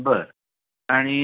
बरं आणि